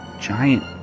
giant